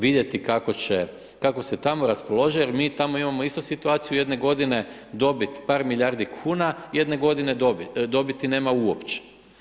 Vidjeti kako se tamo raspolaže, jer mi tamo imamo isto situaciju jedne godine dobit par milijardi kuna, jedne godine dobiti nema uopće.